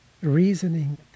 reasoning